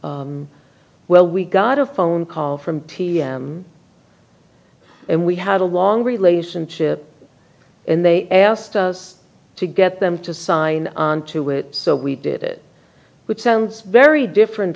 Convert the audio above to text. well we got a phone call from t m and we had a long relationship and they asked us to get them to sign on to it so we did it which sounds very different